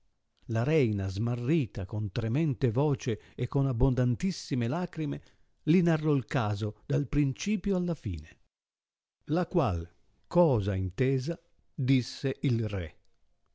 la reina smarrita con tremente voce e con abondantissime lacrime li narrò il caso dal principio alla fine la qual cosa intesa disse il re